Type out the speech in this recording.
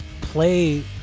play